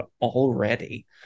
already